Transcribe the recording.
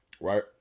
Right